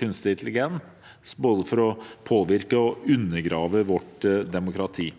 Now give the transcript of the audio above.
kunstig intelligens for både å påvirke og undergrave vårt demokrati.